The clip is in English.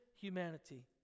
humanity